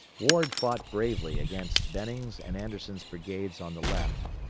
ward fought bravely against benning's and anderson's brigades on the left,